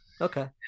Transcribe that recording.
okay